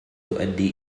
تؤدي